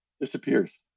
disappears